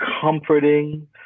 comforting